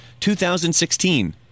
2016